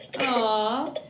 Aw